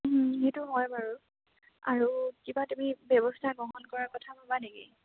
সেইটো হয় বাৰু আৰু কিবা তুমি ব্যৱস্থা গ্ৰহণ কৰাৰ কথা ভাবা নেকি